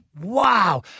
Wow